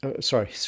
Sorry